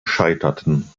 scheiterten